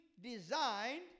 designed